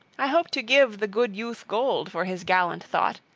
i hope to give the good youth gold for his gallant thought.